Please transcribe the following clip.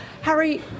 Harry